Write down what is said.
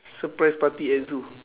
surprise party at zoo